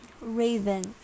Raven